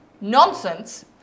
nonsense